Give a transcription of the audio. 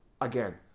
again